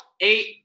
eight